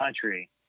country